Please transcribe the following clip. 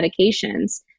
medications